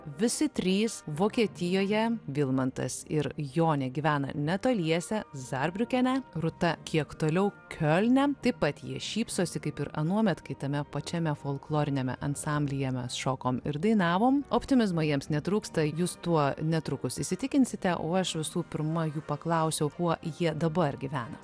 visi trys vokietijoje vilmantas ir jonė gyvena netoliese zarbriukene rūta kiek toliau kiolne taip pat jie šypsosi kaip ir anuomet kai tame pačiame folkloriniame ansamblyje mes šokom ir dainavom optimizmo jiems netrūksta jūs tuo netrukus įsitikinsite o aš visų pirma jų paklausiau kuo jie dabar gyvena